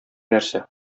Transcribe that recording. нәрсә